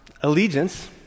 Allegiance